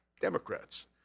Democrats